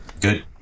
good